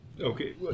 okay